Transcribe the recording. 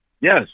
Yes